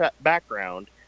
background